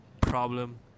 problem